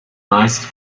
meist